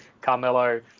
Carmelo